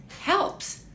helps